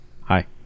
Hi